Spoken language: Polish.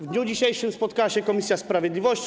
W dniu dzisiejszym spotkała się komisja sprawiedliwości.